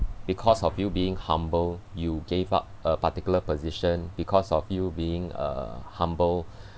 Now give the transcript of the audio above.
because of you being humble you gave up a particular position because of you being uh humble